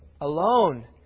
alone